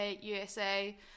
USA